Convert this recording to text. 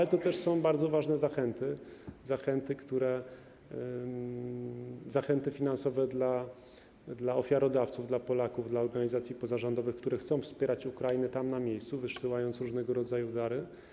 Są też bardzo ważne zachęty, zachęty finansowe dla ofiarodawców, dla Polaków, dla organizacji pozarządowych, które chcą wspierać Ukrainę tam, na miejscu, wysyłając różnego rodzaju dary.